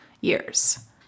years